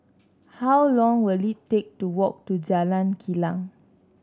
how long will it take to walk to Jalan Kilang